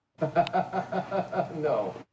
No